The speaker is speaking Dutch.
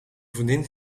vriendin